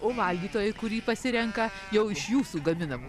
o valgytojai kurį pasirenka jau iš jūsų gaminamų